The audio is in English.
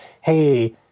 hey